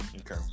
okay